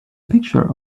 picture